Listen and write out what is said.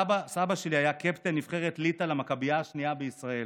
סבא שלי היה קפטן נבחרת ליטא למכבייה השנייה בישראל.